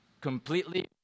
completely